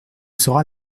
sera